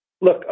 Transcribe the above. Look